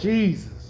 Jesus